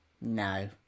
no